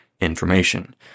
information